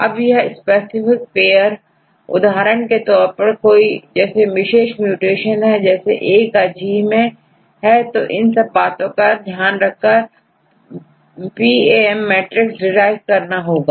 अब यह specific PAIR उदाहरण के तौर पर कोई विशेष म्यूटेशन जैसेA काG मैं तो हमें इन सब चीजों को ध्यान में रखकरPAM मैट्रिक्स derive करना होगा